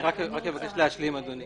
אני רק מבקש להשלים, אדוני.